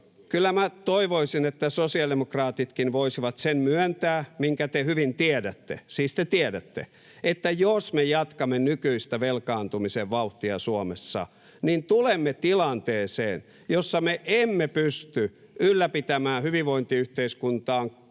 Kyllä minä toivoisin, että sosiaalidemokraatitkin voisivat myöntää sen, minkä te hyvin tiedätte. Siis te tiedätte, että jos me jatkamme nykyistä velkaantumisen vauhtia Suomessa, niin tulemme tilanteeseen, jossa me emme pysty ylläpitämään hyvinvointiyhteiskuntaan